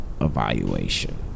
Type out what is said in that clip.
evaluation